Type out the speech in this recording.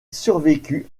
survécut